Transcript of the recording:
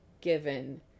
given